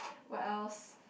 what else